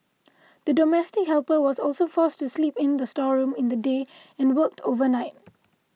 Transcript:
the domestic helper was also forced to sleep in the storeroom in the day and worked overnight